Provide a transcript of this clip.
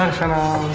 um channel